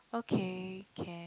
okay can